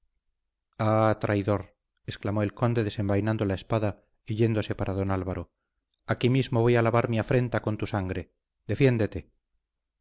traidor exclamó el conde desenvainando la espada y yéndose para don álvaro aquí mismo voy a lavar mi afrenta con tu sangre defiéndete